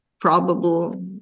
probable